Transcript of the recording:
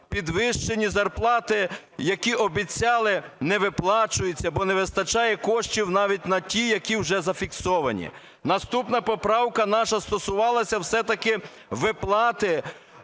підвищені зарплати, які обіцяли, не виплачуються, бо не вистачає коштів навіть на ті, які вже зафіксовані. Наступна поправка наша стосувалася все-таки виплати